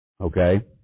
Okay